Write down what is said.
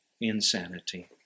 insanity